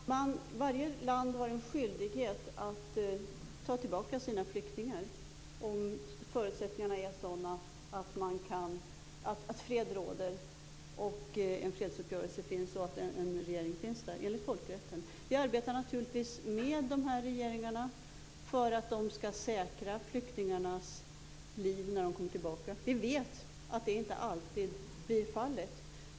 Fru talman! Varje land har enligt folkrätten en skyldighet att ta tillbaka sina flyktingar om förutsättningarna är sådana att fred råder, en fredsuppgörelse finns och en regering finns i landet. Vi arbetar naturligtvis med de här regeringarna, för att de skall säkra flyktingarnas liv när dessa kommer tillbaka. Vi vet att det inte alltid blir fallet.